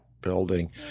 building